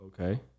Okay